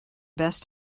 best